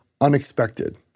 unexpected